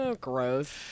Gross